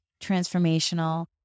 transformational